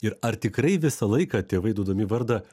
ir ar tikrai visą laiką tėvai duodami vardą